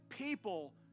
people